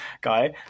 guy